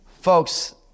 Folks